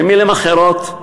במילים אחרות,